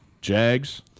Jags